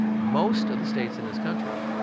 most of the states in this country,